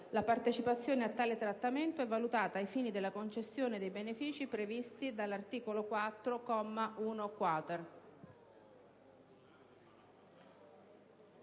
«la partecipazione a tale trattamento è valutata ai fini della concessione dei benefici previsti dall'articolo 4,